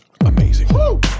amazing